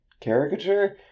caricature